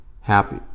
happy